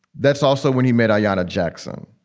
that's also when he met diana jackson.